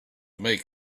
make